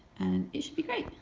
and it should be great.